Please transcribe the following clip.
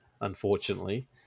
unfortunately